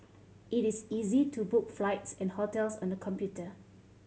it is easy to book flights and hotels on the computer